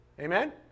Amen